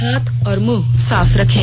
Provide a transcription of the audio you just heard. हाथ और मुंह साफ रखें